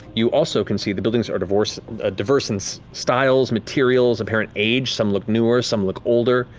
you also can see the buildings are diverse ah diverse in so styles, materials, apparent age. some look newer. some look older.